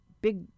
big